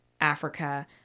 africa